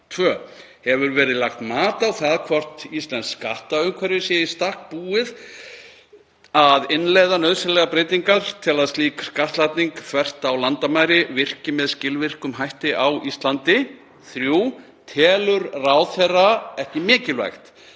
2. Hefur verið lagt mat á það hvort íslenskt skattumhverfi sé í stakk búið að innleiða nauðsynlegar breytingar til að slík skattlagning, þvert á landamæri, virki með skilvirkum hætti á Íslandi? 3. Telur ráðherra ekki mikilvægt